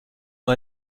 nur